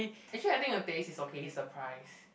actually I think the taste is okay is the price